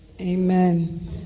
Amen